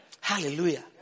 Hallelujah